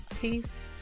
peace